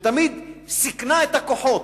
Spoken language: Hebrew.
שתמיד סיכנה את הכוחות.